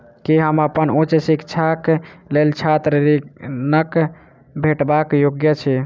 की हम अप्पन उच्च शिक्षाक लेल छात्र ऋणक भेटबाक योग्य छी?